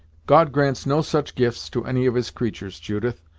god grants no such gifts to any of his creatur's, judith,